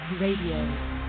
Radio